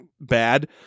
bad